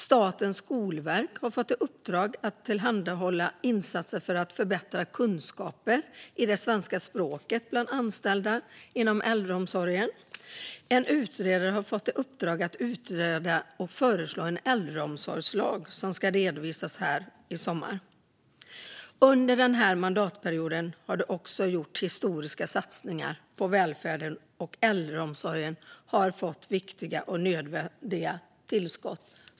Statens skolverk har fått i uppdrag att tillhandahålla insatser för att förbättra kunskaper i det svenska språket bland anställda inom äldreomsorgen. En utredare har fått i uppdrag att utreda och föreslå en äldreomsorgslag, som ska redovisas i sommar. Under den här mandatperioden har det också gjorts historiska satsningar på välfärden, och äldreomsorgen har fått viktiga och nödvändiga tillskott.